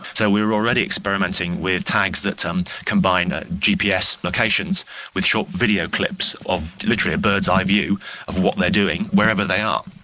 so we are already experimenting with tags that um combine ah gps locations with short video clips, literally a bird's eye view of what they are doing, wherever they are.